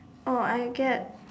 oh I get